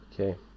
Okay